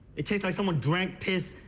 it tastes like someone drank piss,